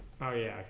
oh yeah